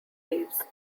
leaves